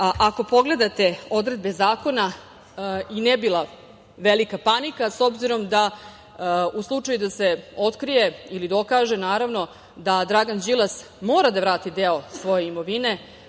ako pogledate odredbe zakona i ne bila velika panika. U slučaju da se otkrije i dokaže, naravno, da Dragan Đilas mora da vrati deo svoje imovine,